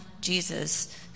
Jesus